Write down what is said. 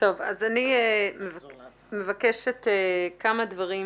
אני מבקשת כמה דברים.